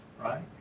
right